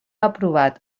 aprovat